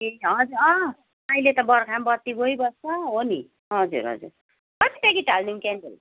ए हजुर अँ अहिले त बर्खामा बत्ती गइबस्छ हो नि हजुर हजुर कति प्याकेट हालिदिउँ क्यान्डल